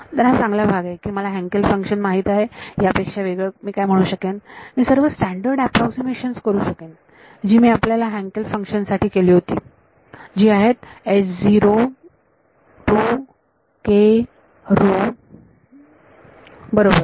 तर हा चांगला भाग आहे की मला हँकेल फंक्शन माहित आहे यापेक्षा वेगळे मी काय म्हणू शकेन मी सर्व स्टैंडर्ड अॅप्रॉक्सीमेशन्स करू शकेन जी मी आपल्या हँकेल फंक्शन साठी केली होती जी आहेत बरोबर